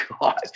God